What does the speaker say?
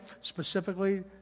specifically